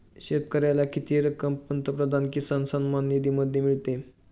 शेतकऱ्याला किती रक्कम पंतप्रधान किसान सन्मान निधीमध्ये मिळते?